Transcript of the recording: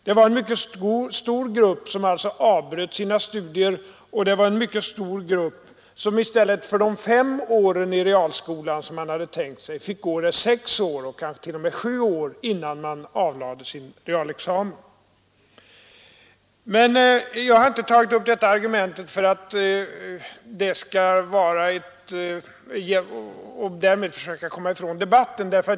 Det var en mycket stor grupp som avbröt sina studier, och det var en mycket stor grupp som i stället för de fem åren i realskolan fick gå där sex år, kanske t.o.m. sju år innan de avlade sin realexamen. Men jag har inte tagit upp detta argument för att söka komma ifrån debatten.